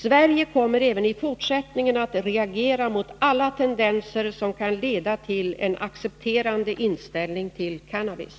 Sverige kommer även i fortsättningen att reagera mot alla tendenser som kan leda till en accepterande inställning till cannabis.